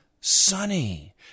sunny